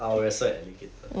I will wrestle an alligator